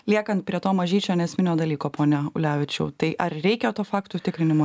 liekant prie to mažyčio neesminio dalyko pone ulevičiau tai ar reikia to faktų tikrinimo